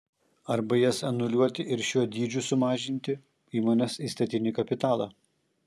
arba jas anuliuoti ir šiuo dydžiu sumažinti įmonės įstatinį kapitalą